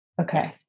Okay